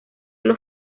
los